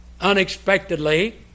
unexpectedly